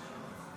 כישלון חרוץ.